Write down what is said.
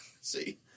see